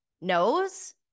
knows